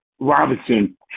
Robinson